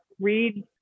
read